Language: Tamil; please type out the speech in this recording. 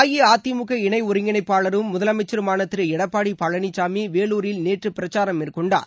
அஇஅதிமுக இணை ஒருங்கிணைப்பாளரும் முதலமைச்சருமான திரு எடப்பாடி பழனிசாமி வேலூரில் நேற்று பிரச்சாரம் மேற்கொண்டார்